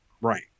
Right